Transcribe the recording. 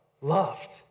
loved